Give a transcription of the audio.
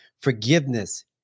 forgiveness